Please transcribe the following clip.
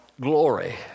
Glory